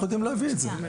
אנחנו יודעים להביא את זה.